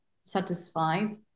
satisfied